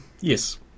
Yes